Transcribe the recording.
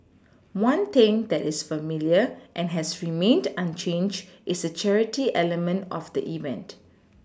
one thing that is familiar and has remained unchanged is the charity element of the event